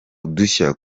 udushya